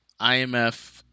IMF